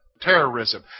Terrorism